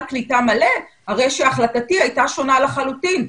קליטה מלא הרי שהחלטתי הייתה שונה לחלוטין.